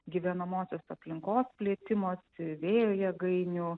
gyvenamosios aplinkos plėtimosi vėjo jėgainių